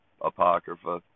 Apocrypha